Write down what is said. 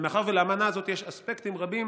ומאחר שלאמנה הזאת יש אספקטים רבים